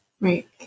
right